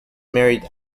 married